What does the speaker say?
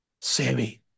Sammy